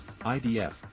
IDF